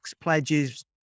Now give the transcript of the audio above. pledges